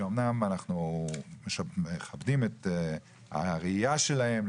שאמנם אנחנו מכבדים את הראייה שלהם,